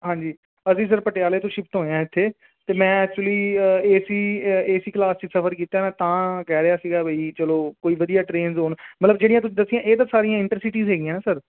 ਹਾਂਜੀ ਅਸੀਂ ਸਿਰਫ ਪਟਿਆਲੇ ਤੋਂ ਸ਼ਿਫਟ ਹੋਏ ਹਾਂ ਇੱਥੇ ਅਤੇ ਮੈਂ actually A C A C class 'ਚ ਸਫਰ ਕੀਤਾ ਮੈਂ ਤਾਂ